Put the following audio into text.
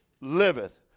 liveth